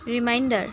reminder